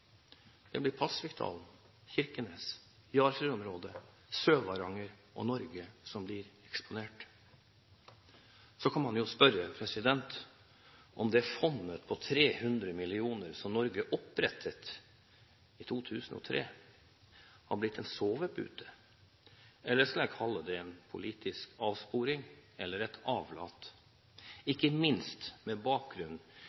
Kirkenes, Jarfjord-området, Sør-Varanger, Norge, som blir eksponert. Så kan man jo spørre om det fondet på 300 mill. kr som Norge opprettet i 2003, er blitt en sovepute – eller skal jeg kalle det en politisk avsporing eller en avlat